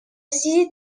رسید